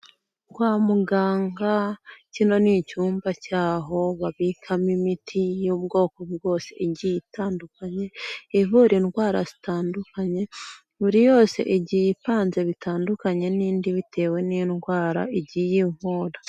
Kwa muganag kino ni icyumba cy'aho babikamo imiti y'ubwo bwose igiye itandukanye, ivura indwara zitandukanye, buri yose igiye ipanze bitandukanye bitandukanye n'indi bitewe n'indwara igiye ivura.